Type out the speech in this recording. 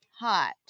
hot